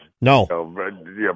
No